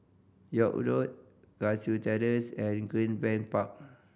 York Road Cashew Terrace and Greenbank Park